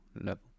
level